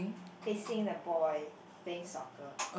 facing the boy playing soccer